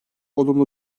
olumlu